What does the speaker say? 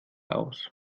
aus